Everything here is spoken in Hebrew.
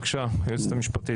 בבקשה, היועצת המשפטית.